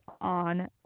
on